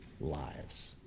lives